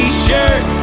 T-shirt